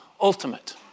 ultimate